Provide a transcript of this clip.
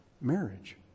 marriage